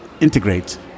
integrate